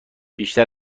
بیشتر